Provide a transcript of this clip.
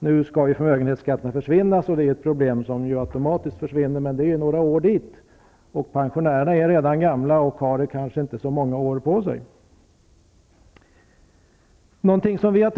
Nu skall ju förmögenhetsskatten försvinna, och därmed kommer problemet automatiskt att försvinna, men det är några år till dess. Pensionärerna är redan gamla och har ofta inte så många år kvar att vänta på detta.